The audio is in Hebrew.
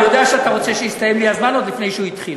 אני יודע שאתה רוצה שיסתיים לי הזמן עוד לפני שהוא התחיל,